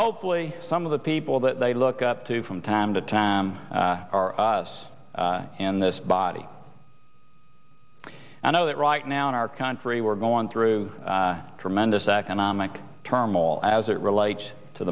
hopefully some of the people that they look up to from time to time are us in this body i know that right now in our country we're going through tremendous economic turmoil as it relates to